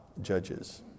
judges